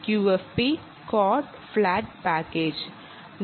QFP quad flat പാക്കേജാണ്